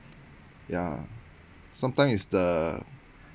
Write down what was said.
ya sometime it's the